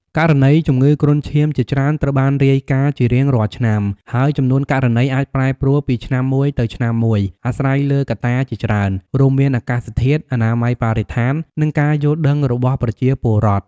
ករណីជំងឺគ្រុនឈាមជាច្រើនត្រូវបានរាយការណ៍ជារៀងរាល់ឆ្នាំ ហើយចំនួនករណីអាចប្រែប្រួលពីឆ្នាំមួយទៅឆ្នាំមួយ អាស្រ័យលើកត្តាជាច្រើន រួមមានអាកាសធាតុ អនាម័យបរិស្ថាន និងការយល់ដឹងរបស់ប្រជាពលរដ្ឋ។